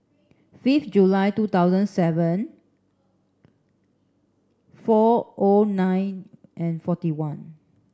fifth July two thousand seven four O nine and forty one